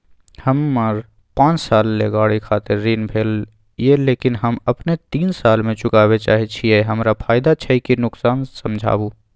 हमर पाँच साल ले गाड़ी खातिर ऋण भेल ये लेकिन हम अखने तीन साल में चुकाबे चाहे छियै हमरा फायदा छै की नुकसान समझाबू?